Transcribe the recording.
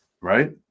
Right